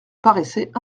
paraissait